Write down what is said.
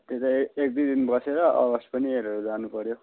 त्यतै एक दुई दिन बसेर अगस्ट पनि हेरेर जानुपऱ्यो